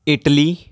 Italy